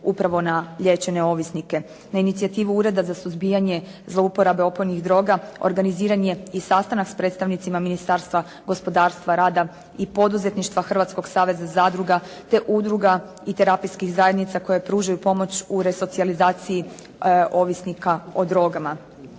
upravo na liječene ovisnike. Na inicijativu Ureda za suzbijanje zlouporabe opojnih droga organiziran je i sastanak sa predstavnicima Ministarstva gospodarstva, rada i poduzetništva, Hrvatskog saveza zadruga te udruge i terapijskih zajednica koje pružaju pomoć u resocijalizaciji ovisnika o drogama.